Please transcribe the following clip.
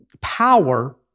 power